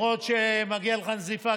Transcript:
למרות שמגיעה לך נזיפה,